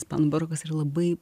ispanų barokas yra labai